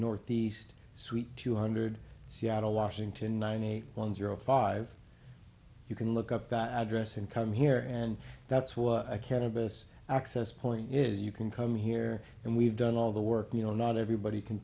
ne suite two hundred seattle washington nine eight one zero five you can look up that address and come here and that's what a cannabis access point is you can come here and we've done all the work you know not everybody can